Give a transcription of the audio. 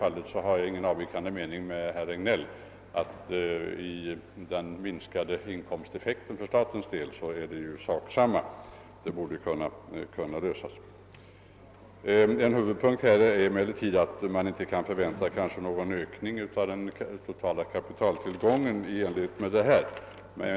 Jag har ingen annan uppfattning än herr Regnéll om att effekten i form av minskade statsinkomster blir exakt densamma i båda fallen. En huvudinvändning är emellertid att ett genomförande av motionsförslaget knappast kan väntas medföra en ökning av den totala kapitaltillgången.